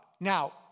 Now